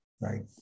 right